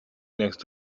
next